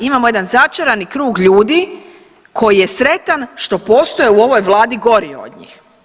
Imamo jedan začarani krug ljudi koji je sretan što postoje u ovoj Vladi gori od njih.